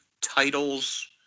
titles